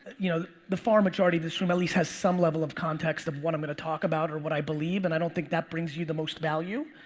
you know the far majority of this room at least has some level of context of what i'm gonna talk about or what i believe. and i don't think that brings you the most value.